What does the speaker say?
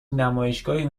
نمایشگاهی